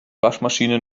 waschmaschine